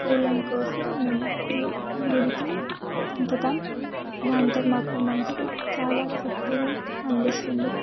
పూలను కోసి మేము గుడికి పంపుతాం దాంతో మాకు మనసు చాలా తృప్తిగా అందిస్తుంది